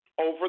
over